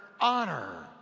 honor